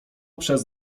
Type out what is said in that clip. przez